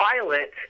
pilot